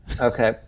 Okay